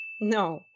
No